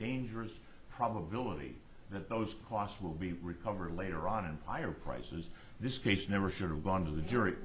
dangerous probability that those costs will be recover later on in higher prices this case never should have gone to the jury